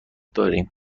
داریم